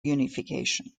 unification